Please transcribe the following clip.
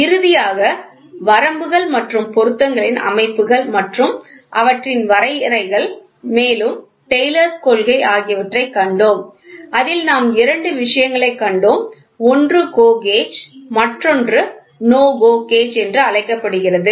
இறுதியாக வரம்புகள் மற்றும் பொருத்தங்களின் அமைப்புகள் மற்றும் அவற்றின் வரையறைகள் மேலும் டெய்லர்ஸ் கொள்கை ஆகியவற்றைக் கண்டோம் அதில் நாம் இரண்டு விஷயங்களைக் கண்டோம் ஒன்று GO கேஜ் மற்றொன்று NO GO கேஜ் என்று அழைக்கப்படுகிறது